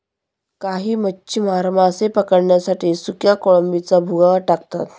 काही मच्छीमार मासे पकडण्यासाठी सुक्या कोळंबीचा भुगा टाकतात